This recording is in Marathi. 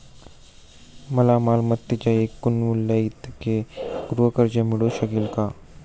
मला मालमत्तेच्या एकूण मूल्याइतके गृहकर्ज मिळू शकेल का?